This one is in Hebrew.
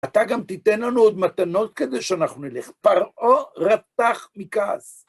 אתה גם תיתן לנו עוד מתנות כדי שאנחנו נלך פרעה רתח מכעס.